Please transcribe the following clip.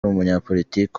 umunyapolitiki